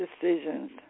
decisions